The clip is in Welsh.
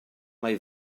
mai